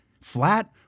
Flat